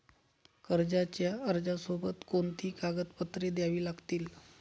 कर्जाच्या अर्जासोबत कोणती कागदपत्रे द्यावी लागतील?